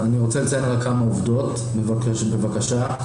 אני רוצה לציין כמה עובדות ולבקש בקשה.